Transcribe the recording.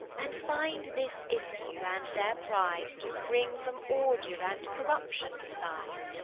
and find this issue and their pride to spring from ordure and corruption's side.